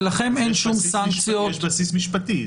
יש בסיס משפטי.